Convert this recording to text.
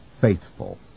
faithful